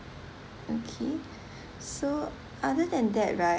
okay so other than that right